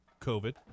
COVID